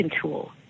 tool